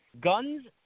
Guns